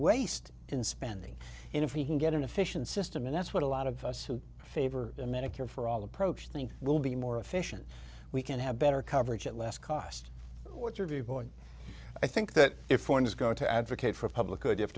waste in spending and if we can get an efficient system and that's what a lot of us who favor medicare for all approach think will be more efficient we can have better coverage at less cost what your viewpoint i think that if one is going to advocate for public good you have